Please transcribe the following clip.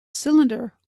cylinder